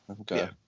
okay